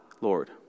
Lord